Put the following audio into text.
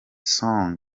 song